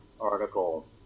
article